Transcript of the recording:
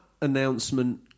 announcement